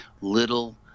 little